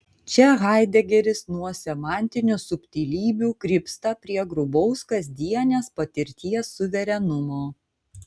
čia haidegeris nuo semantinių subtilybių krypsta prie grubaus kasdienės patirties suverenumo